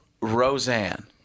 Roseanne